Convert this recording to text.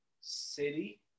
city